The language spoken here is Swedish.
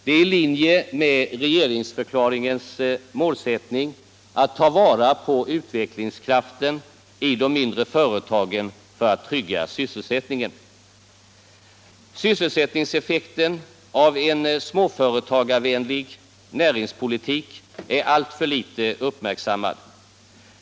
Det är i linje med regeringsförklaringens målsättning att ta vara på utvecklingskraften i de mindre företagen för att trygga sysselsättningen. Sysselsättningseffekten av en småföretagarvänlig näringspolitik är alltför litet uppmärksammad.